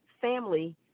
family